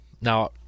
Now